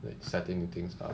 like setting the things lah